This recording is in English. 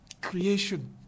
creation